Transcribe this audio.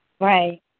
right